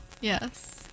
yes